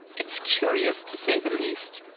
it's curious, to say the least,